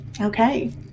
Okay